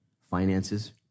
finances